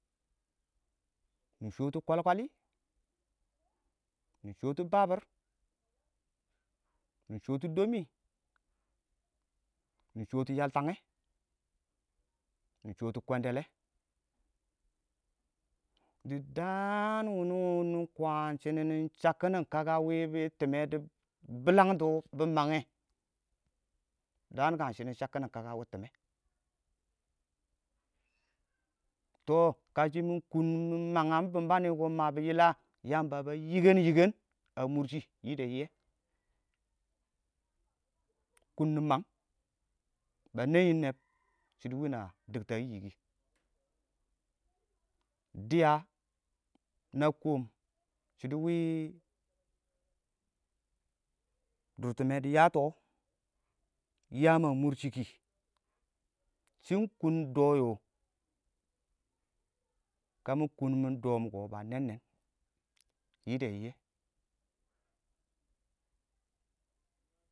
nɪ shɔɔtʊ kwalkwali nɪ shɔɔtʊ babir nɪ shɔɔtʊ domi nɪ shɔɔtʊ yaltange nɪ shɔɔtʊ kwendile dɪ daan wini wɔ nɪn kur waan shinin shakkin kaka wɪɪn bɪ tɪmmɛ dɪ bilangtɔ bɪ mangngɛ daan kwaan shinin shakkin kaka wɪɪn tɪmmɛ tɔ kashɪ mikun mɪ mangngam bimbani kɔ a mabɔ yila Yamba ba yikən yikən a mʊrshi yide yiyye, kʊn nɪ mang ba neyyin neb shɪidɛ wɪɪn na dikta yiki dɪya na kɔɔm shɪidɛ wɪɪn dʊrtɪmɛ dɪ yatɔ yam a mʊrshi kɪ shɪn kʊn ingdoo yo kamɪ kʊn mɪ ingdoo yo kamɪ kʊn mɪ doom kɪɪn ba nɛɛn nɛɛm yidɛ yiyyɛ